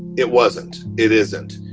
it wasn't. it isn't